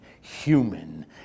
human